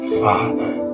father